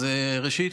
ראשית,